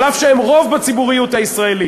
אף שהם רוב בציבוריות הישראלית,